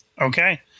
Okay